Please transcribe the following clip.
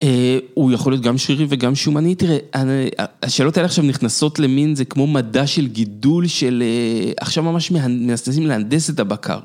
הוא יכול להיות גם שרירי וגם שומני, תראה, השאלות האלה עכשיו נכנסות למין זה כמו מדע של גידול של עכשיו ממש מנסים להנדס את הבקר.